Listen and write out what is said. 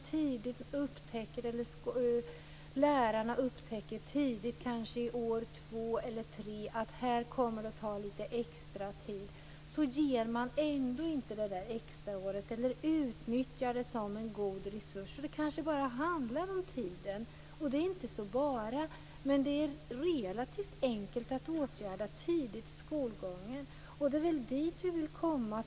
När lärarna tidigt - kanske i årskurs 2 eller 3 - upptäcker att det kommer att behövas lite extra tid så ger man ändå inte det där extraåret eller utnyttjar det som en god resurs. Det kanske bara handlar om tiden. Det är inte så bara, men det är relativt enkelt att åtgärda tidigt i skolgången. Det är dit jag vill komma.